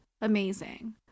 amazing